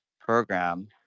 program